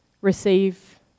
receive